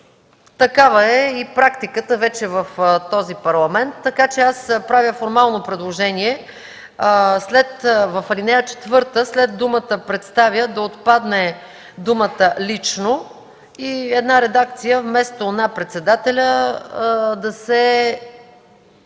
Такава е и практиката в този Парламент, така че правя формално предложение: в ал. 4, след думата „представя” да отпадне думата „лично”. И една редакция – вместо „на председателя”, съюзът